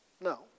No